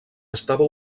estava